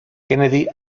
kennedy